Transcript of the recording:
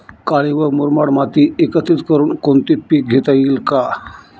काळी व मुरमाड माती एकत्रित करुन कोणते पीक घेता येईल का?